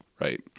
right